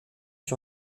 sur